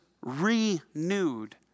renewed